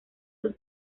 sus